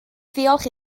ddiolch